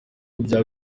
bya